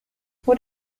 what